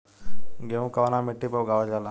गेहूं कवना मिट्टी पर उगावल जाला?